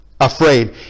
afraid